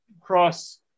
cross